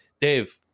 Dave